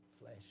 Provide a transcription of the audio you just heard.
flesh